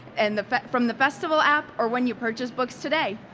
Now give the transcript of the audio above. and the from the festival app, or when you purchase books today.